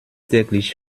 täglich